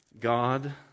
God